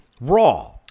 Raw